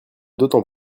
d’autant